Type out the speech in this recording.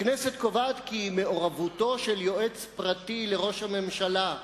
הכנסת קובעת כי מעורבותו של יועץ פרטי של ראש הממשלה,